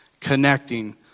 connecting